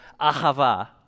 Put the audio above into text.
ahava